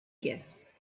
gifts